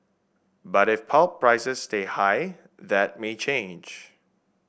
but if pulp prices stay high that may change